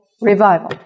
revival